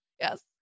yes